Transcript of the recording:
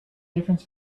difference